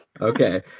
Okay